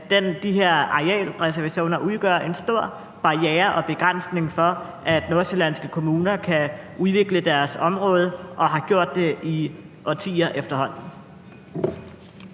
at de her arealreservationer udgør en stor barriere og begrænsning for, at nordsjællandske kommuner kan udvikle deres område, og at de efterhånden